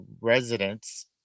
residents